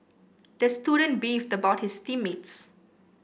the student beefed about his team mates